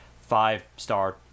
five-star